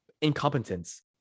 incompetence